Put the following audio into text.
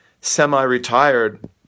semi-retired